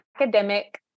academic